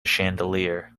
chandelier